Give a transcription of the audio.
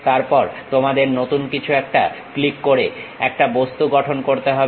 তারপর তোমাদের নতুন কিছু একটা ক্লিক করে একটা বস্তু গঠন করতে হবে